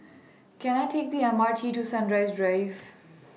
Can I Take The M R T to Sunrise Drive